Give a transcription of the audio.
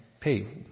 pay